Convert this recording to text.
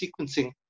sequencing